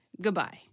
Goodbye